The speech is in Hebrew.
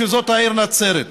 העיר נצרת.